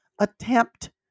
attempt